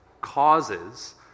causes